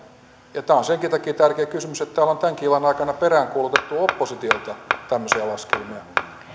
tämä on senkin takia tärkeä kysymys että täällä on tämänkin illan aikana peräänkuulutettu oppositiolta tämmöisiä laskelmia